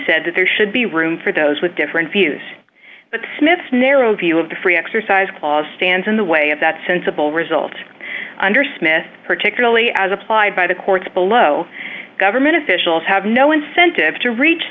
said that there should be room for those with different views but smith's narrow view of the free exercise clause stands in the way of that sensible result under smith particularly as applied by the courts below government officials have no incentive to reach